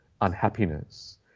unhappiness